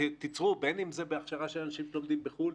בין אם זה בהכשרה של אנשים שלומדים בחו"ל,